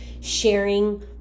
sharing